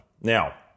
now